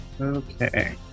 Okay